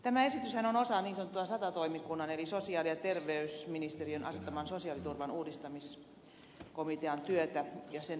tämä esityshän on osa niin sanotun sata toimikunnan eli sosiaali ja terveysministeriön asettaman sosiaaliturvan uudistamiskomitean työtä ja sen esityksiä